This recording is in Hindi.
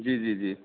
जी जी जी